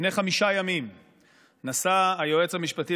לפני חמישה ימים נשא היועץ המשפטי